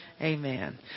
Amen